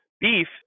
Beef